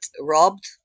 robbed